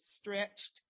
stretched